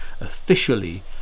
officially